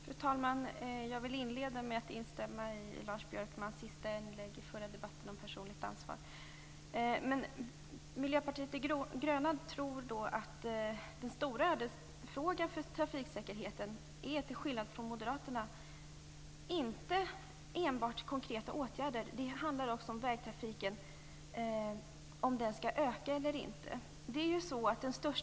Fru talman! Jag vill inleda med att instämma i Lars Björkmans sista inlägg i den förra debatten, om personligt ansvar. Miljöpartiet de gröna tror, till skillnad från Moderaterna, att den stora ödesfrågan för trafiksäkerheten är inte enbart konkreta åtgärder. Det handlar också om vägtrafiken skall öka eller inte.